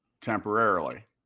temporarily